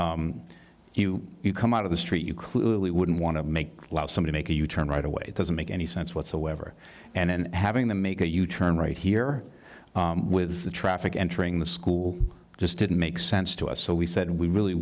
so you you come out of the street you clearly wouldn't want to make a loud somebody make a u turn right away it doesn't make any sense whatsoever and then having them make a u turn right here with the traffic entering the school just didn't make sense to us so we said we really